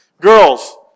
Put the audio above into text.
Girls